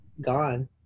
gone